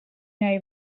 know